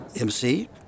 MC